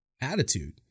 attitude